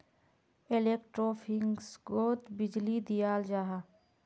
एलेक्ट्रोफिशिंगोत बीजली दियाल जाहा